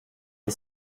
les